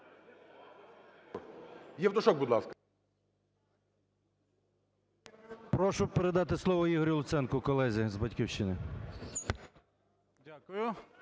Прошу передати слово Ігорю Луценко, колезі з "Батьківщини".